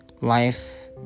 life